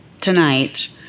tonight